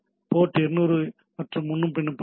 board 200 மற்றும் முன்னும் பின்னுமாக உள்ளது